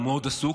הוא מאוד עסוק,